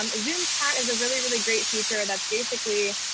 um zoom chat is a really, really great feature. that's basically